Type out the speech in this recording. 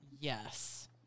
Yes